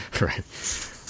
Right